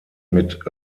mit